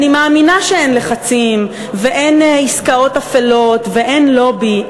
אני מאמינה שאין לחצים ואין עסקאות אפלות ואין לובי,